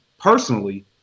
personally